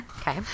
okay